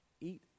eat